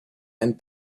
and